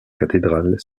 cathédrale